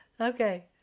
okay